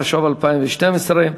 התשע"ב 2012,